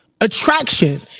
attraction